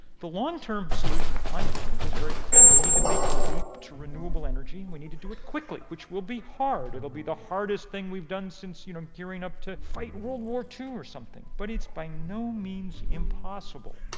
the long-term solution to climate change is very clear. we need to make the leap to renewable energy and we need to do it quickly, which will be hard. it will be the hardest thing we've done since you know gearing up to fight world war ii or something but it's by no means impossible.